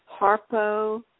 Harpo